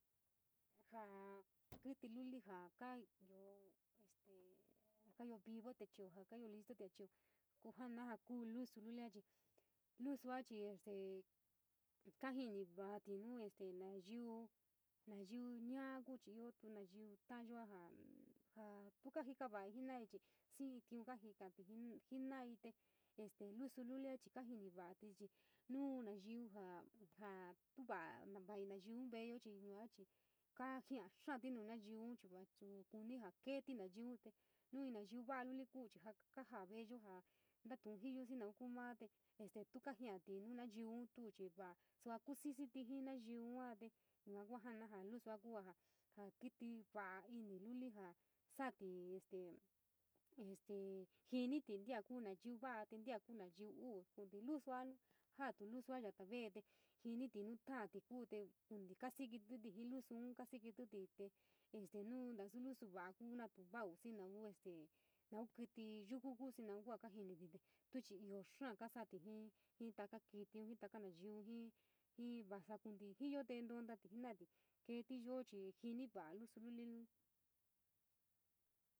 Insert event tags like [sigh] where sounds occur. Jaa kítí luli, jaa kai [hesitation] ioo vivotí a chio, jaa kaa ioo listo a chio, kuu jaanaa kuu lusu lulia, lusua chii este kajini vaa nuu nayiu, nayiu ñaa ku chii ioo tu nayiu, ta’ayo a jao tu kajika va’aii jenaii chii xii tiun kajika suchiun jenaii te te lusu lulia chii kajiniva’atí chii nu nayiu ja jaa va’a vaii nayiu ve’eyo chii yua chii kaa jia’a xááti, nu nayiun chii va ja kuni ja keti nayiun, nu nayiu va’a luli kajaa veeyo ja, natu’un jiyo naun kuu maa te este tu kajiati nuu nayiun nu tu chii va sua kuxixi jii nayiu yua te yua kua jana ja lusua kuu jaa kití va’a iniluli jaa sati te este konte lusua nu jatu lusua yala ve’ete jiniti te este nu na su lusu va’a kuu natu vau xii nau este nau kiti yuku ku xii naun kua kajiniti te tuu chii ioo xaa kaa ka sati jinntaka kitin, jin taka nayiun jin vasa konte jiyo te ntontatí jenati keeti yo chii jini va’a lueu luliun.